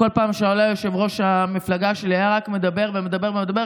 ובכל פעם שעלה יושב-ראש המפלגה שלי היה רק מדבר ומדבר ומדבר,